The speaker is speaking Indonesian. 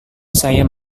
saya